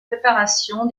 préparation